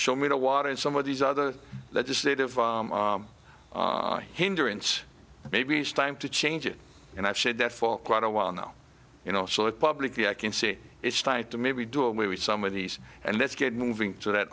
show me the water and some of these other legislative hinderance maybe it's time to change it and i've said that for quite a while now you know sort of publicly i can see it's trying to maybe do away with some of these and let's get moving so that